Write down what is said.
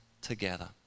together